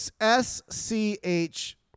S-C-H